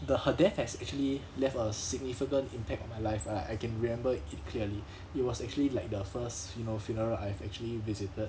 the her death has actually left a significant impact on my life uh I can remember it clearly it was actually like the first you know funeral I've actually visited